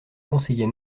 conseiller